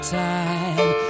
time